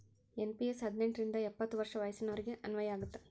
NPS ಹದಿನೆಂಟ್ ರಿಂದ ಎಪ್ಪತ್ ವರ್ಷ ವಯಸ್ಸಿನೋರಿಗೆ ಅನ್ವಯ ಆಗತ್ತ